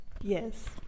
Yes